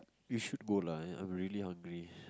you should go lah I'm really hungry